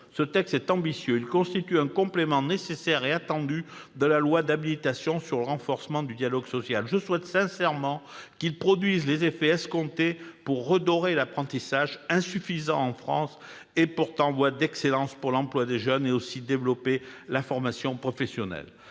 ce texte est ambitieux. Il constitue un complément, nécessaire et attendu, de la loi d'habilitation sur le renforcement du dialogue social. Je souhaite sincèrement qu'il produise les effets escomptés pour redorer le blason de l'apprentissage, insuffisamment développé en France et pourtant voie d'excellence pour l'emploi des jeunes, mais aussi pour développer la formation professionnelle.